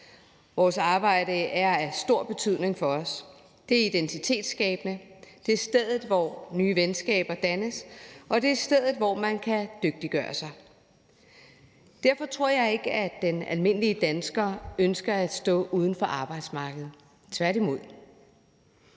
Vores arbejde er af stor betydning for os. Det er identitetsskabende, det er stedet, hvor nye venskaber dannes, og det er stedet, hvor man kan dygtiggøre sig. Derfor tror jeg ikke, at den almindelige dansker ønsker at stå uden for arbejdsmarkedet – tværtimod.